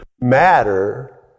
Matter